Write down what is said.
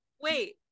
Wait